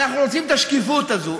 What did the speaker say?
אנחנו רוצים את השקיפות הזאת.